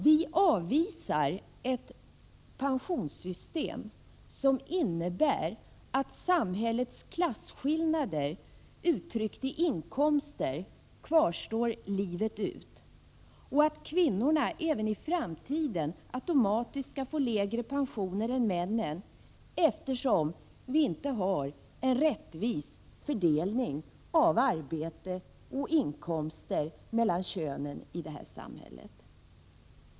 Vi avvisar ett pensionssystem som innebär att samhällets klasskillnader uttryckt i inkomster kvarstår livet ut och att kvinnorna även i framtiden automatiskt skall få lägre pensioner än männen, eftersom vi inte har en rättvis fördelning av arbete och inkomster mellan könen i det här samhället.